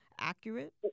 accurate